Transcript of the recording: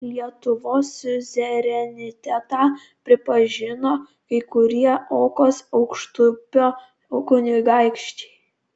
lietuvos siuzerenitetą pripažino kai kurie okos aukštupio kunigaikščiai